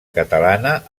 catalana